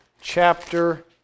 chapter